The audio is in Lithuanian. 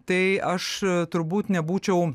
tai aš turbūt nebūčiau